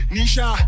Nisha